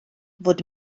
fod